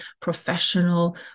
professional